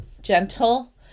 gentle